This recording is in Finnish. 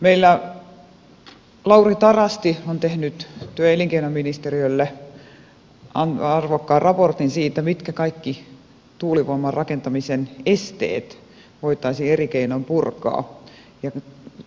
meillä lauri tarasti on tehnyt työ ja elinkeinoministeriölle arvokkaan raportin siitä mitkä kaikki tuulivoiman rakentamisen esteet voitaisiin eri keinoin purkaa ja